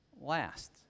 last